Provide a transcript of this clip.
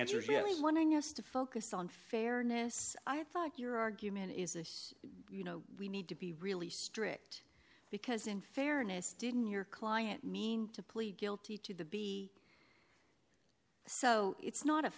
answers really wanting us to focus on fairness i thought your argument is this you know we need to be really strict because in fairness didn't your client mean to plead guilty to the b so it's not a